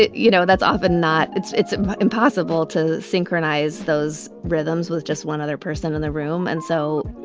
you know, that's often not it's it's impossible to synchronize those rhythms with just one other person in the room. and so,